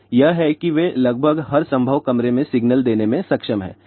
तो यह है कि वे लगभग हर संभव कमरे में सिग्नल देने में सक्षम हैं